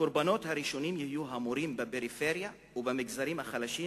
הקורבנות הראשונים יהיו המורים בפריפריה ובמגזרים החלשים,